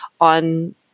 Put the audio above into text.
on